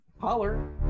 holler